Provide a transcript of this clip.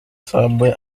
subway